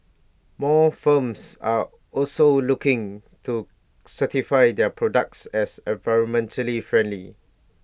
more firms are also looking to certify their products as environmentally friendly